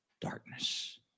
darkness